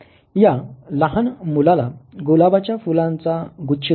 या लहान मुलाला गुलाबाच्या फुलांचा गुच्छ दिसतो